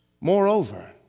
Moreover